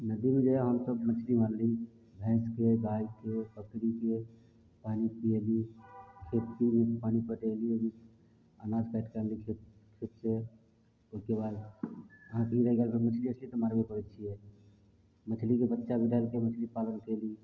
नदीमे जहिया हमसब मछली मारली भैंसके गायके बकरीके पानि पिएली खेतीमे पानि पटेली अनाज काटिके आनली खेत खेत से ओहिके बाद बाँकी नहि भेल तऽ मछली ओछली तऽ मारबे करै छियै मछलीके बच्चा भी डालिके मछली पालन कयली